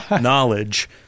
knowledge